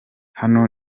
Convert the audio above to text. hano